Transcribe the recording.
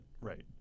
right